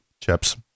chips